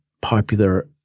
popular